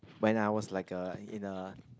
when I was like a in a